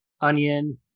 onion